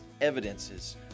evidences